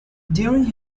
during